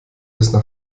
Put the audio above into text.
bis